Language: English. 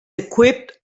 equipped